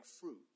fruit